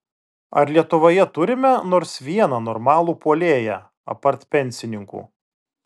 ar lietuvoje turime nors vieną normalų puolėją apart pensininkų